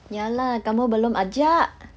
ya lah kamu belum ajak